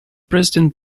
president